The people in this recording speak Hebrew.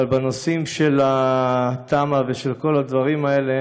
אבל בנושאים של תמ"א ושל כל הדברים האלה